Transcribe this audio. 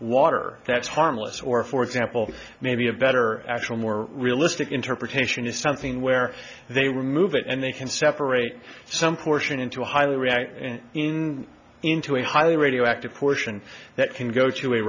water that's harmless or for example maybe a better actual more realistic interpretation is something where they remove it and they can separate some portion into a highly reactive in into a highly radioactive portion that can go to a